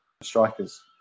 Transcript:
strikers